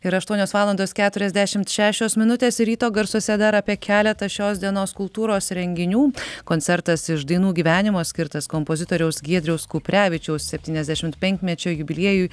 ir aštuonios valandos keturiasdešim šešios minutės ryto garsuose dar apie keletą šios dienos kultūros renginių koncertas iš dainų gyvenimo skirtas kompozitoriaus giedriaus kuprevičiaus septyniasdešim penkmečio jubiliejui